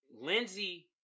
Lindsay